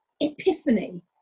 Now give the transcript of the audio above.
epiphany